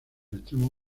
extremo